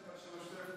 בשם הרשימה המשותפת,